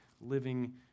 living